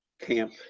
camp